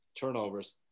turnovers